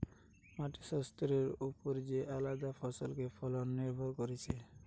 মাটির স্বাস্থ্যের ওপর যে আলদা ফসলের ফলন নির্ভর করতিছে